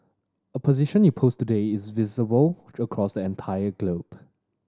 a position you post today is visible across the entire globe